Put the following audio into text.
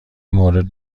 مورد